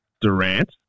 Durant